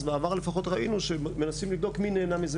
אז בעבר לפחות ראינו שמנסים לבדוק מי נהנה מזה